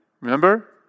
Remember